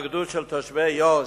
התנגדות של תושבי יו"ש,